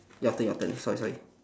your turn your turn sorry sorry